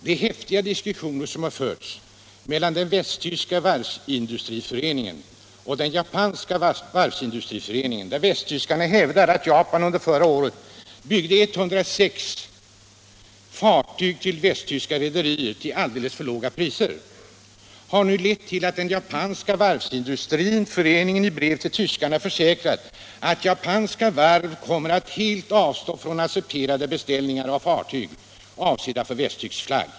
De häftiga diskussioner som har förts mellan den västtyska varvsindustriföreningen och den japanska, där västtyskarna hävdar att japanerna förra året byggde 106 fartyg för västtyska rederier till alldeles för låga priser, har nu lett till att den japanska varvsindustrin i brev till tyskarna försäkrat, att japanska varv kommer att helt avstå från accepterade beställningar av fartyg avsedda för västtysk flagg.